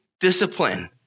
discipline